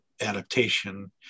adaptation